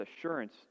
assurance